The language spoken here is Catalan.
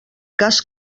cas